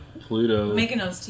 Pluto